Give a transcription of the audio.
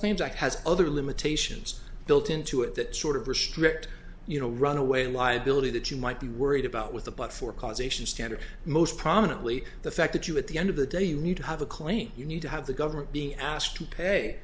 claims act has other limitations built into it that sort of restrict you know runaway liability that you might be worried about with the but for causation standard most prominently the fact that you at the end of the day you need to have a claim you need to have the government be asked to pay